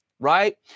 right